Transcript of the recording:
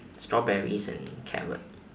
strawberries and carrot